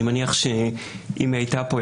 אני מניח שאם היא הייתה פה,